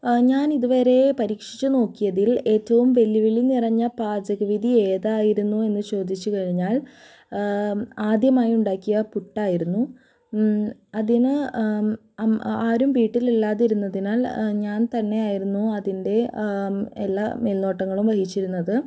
ഞാൻ ഇതുവരേ പരീക്ഷിച്ചു നോക്കിയതിൽ ഏറ്റവും വെല്ലുവിളി നിറഞ്ഞ പാചകവിധി ഏതായിരുന്നു എന്ന് ചോദിച്ചു കഴിഞ്ഞാൽ ആദ്യമായി ഉണ്ടാക്കിയ പുട്ടായിരുന്നു അതിന് ആരും വീട്ടിലില്ലാതിരുന്നതിനാൽ ഞാൻ തന്നെയായിരുന്നു അതിൻ്റെ എല്ലാം മേൽനോട്ടങ്ങളും വഹിച്ചിരുന്നത്